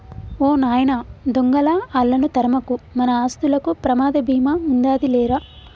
ఓ నాయన దొంగలా ఆళ్ళను తరమకు, మన ఆస్తులకు ప్రమాద భీమా ఉందాది లేరా